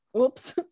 oops